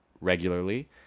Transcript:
regularly